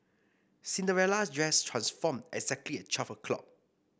Cinderella's dress transformed exactly at twelve o'clock